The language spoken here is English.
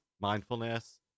mindfulness